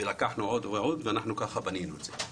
לקחנו עוד ועוד וכך בנינו את זה.